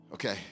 Okay